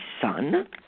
son